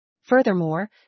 Furthermore